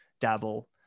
dabble